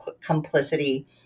complicity